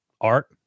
art